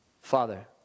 Father